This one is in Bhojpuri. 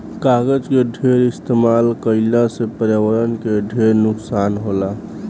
कागज के ढेर इस्तमाल कईला से पर्यावरण के ढेर नुकसान होला